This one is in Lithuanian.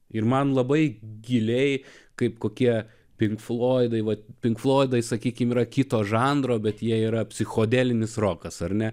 ir man labai giliai kaip kokie pink floidai vat pink floidai sakykime yra kito žanro bet jie yra psichodelinis rokas ar ne